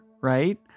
right